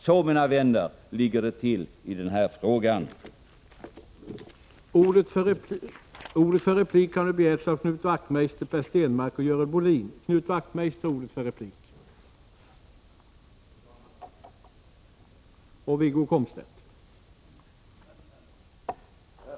Så ligger det till i den här frågan, mina vänner.